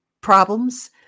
problems